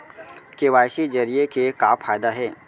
KYC जरिए के का फायदा हे?